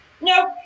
No